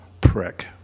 Prick. ¶¶